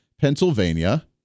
Pennsylvania